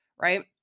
Right